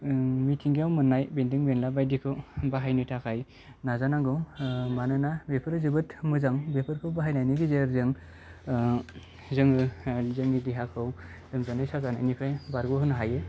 ओं मिथिंगायाव मोननाय बेन्दों बेनला बायदिखौ बाहायनो थाखाय नाजानांगौ मानोना बेफोरो जोबोद मोजां बेफोरखौ बाहायनायनि गेजेरजों जोङो ओ जोंनि देहाखौ लोमजानाय साजानायनिफ्राय बारग'होनो हायो